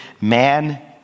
man